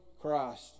Christ